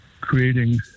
creating